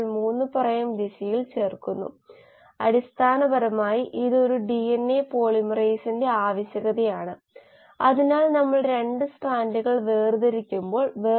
ഞാൻ r പൂജ്യം r 3 r 4 എന്നിവ എടുത്ത് ഈ ഭാഗത്ത് നിന്ന് സ്റ്റോക്കിയോമെട്രിക് മാട്രിക്സ് എഴുതിയിട്ടുണ്ട് അത് പ്രസക്തമാണ് നമ്മൾക്ക് S നോട്ട് C D എന്നിവ നൽകാനാവില്ല